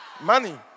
Money